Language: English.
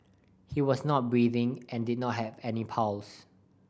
he was not breathing and did not have any pulse